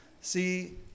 see